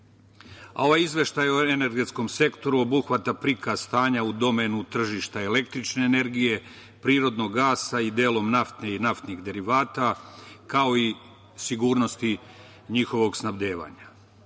Ovaj izveštaj o energetskom sektoru obuhvata prikaz stanja u domenu tržišta električne energije, prirodnog gasa i delom nafte i naftnih derivata, kao i sigurnosti njihovog snabdevanja. Iz